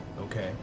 Okay